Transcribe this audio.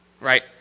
Right